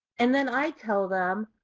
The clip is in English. and then i tell them,